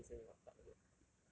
suspect instagram got bug though